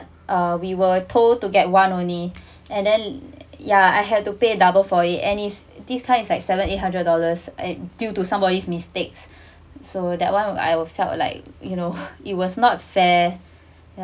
uh we were told to get one only and then ya I had to pay double for it and it's this kind is like seven eight hundred dollars at due to somebody's mistakes so that one I will felt like you know it was not fair